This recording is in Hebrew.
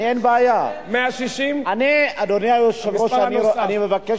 איך הגעת